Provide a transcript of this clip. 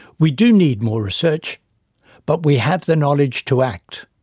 we do need more research but we have the knowledge to act.